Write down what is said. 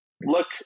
look